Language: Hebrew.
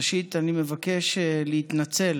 ראשית, אני מבקש להתנצל